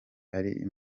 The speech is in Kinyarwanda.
ari